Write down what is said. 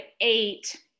eight